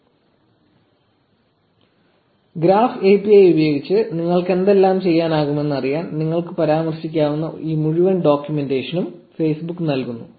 1130 graph API ഉപയോഗിച്ച് നിങ്ങൾക്ക് എന്തെല്ലാം ചെയ്യാനാകുമെന്ന് അറിയാൻ നിങ്ങൾക്ക് പരാമർശിക്കാവുന്ന ഈ മുഴുവൻ ഡോക്യുമെന്റേഷനും Facebook നൽകുന്നു